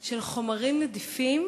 של חומרים נדיפים?